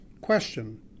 Question